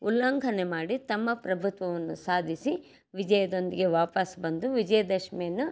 ಉಲ್ಲಂಘನೆ ಮಾಡಿ ತಮ್ಮ ಪ್ರಭುತ್ವವನ್ನು ಸಾಧಿಸಿ ವಿಜಯದೊಂದಿಗೆ ವಾಪಸ್ ಬಂದು ವಿಜಯದಶ್ಮಿಯನ್ನು